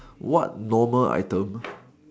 what normal item